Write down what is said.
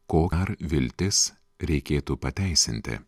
kol dar viltis reikėtų pateisinti